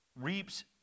reaps